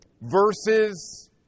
verses